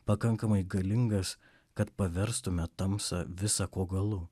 pakankamai galingas kad paverstume tamsą visa ko galu